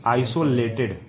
isolated